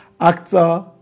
Actor